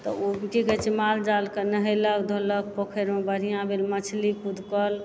तऽ ओ की कहै छै मालजालके नहएलक धोलक पोखरिमे बढ़िआँ भेल मछली कुदकल